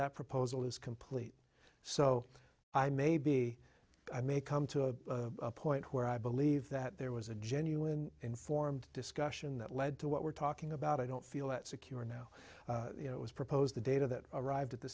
that proposal is complete so i may be i may come to a point where i believe that there was a genuine informed discussion that led to what we're talking about i don't feel that secure now you know it was proposed the data that arrived at the